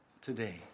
today